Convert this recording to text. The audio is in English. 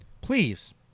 please